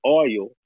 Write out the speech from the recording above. oil